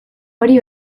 hori